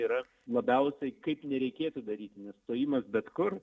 yra labiausiai kaip nereikėtų daryti nes stojimas bet kur